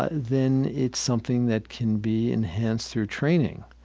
then it's something that can be enhanced through training.